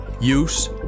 use